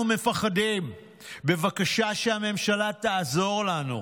אנחנו מפחדים, בבקשה, שהממשלה תעזור לנו,